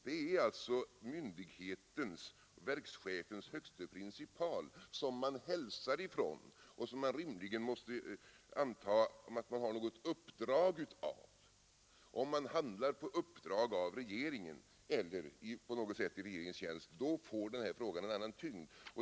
Det är regeringen — myndighetens och verkschefens högste principal — som man hälsar ifrån, och det måste rimligen ge intrycket att partiet har ett uppdrag av regeringen. Om partiet handlar på uppdrag av regeringen eller på något sätt i regeringens tjänst får frågan en annan tyngd.